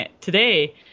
today